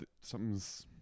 something's –